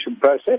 process